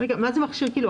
מה זה מכשיר קילוח?